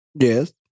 Yes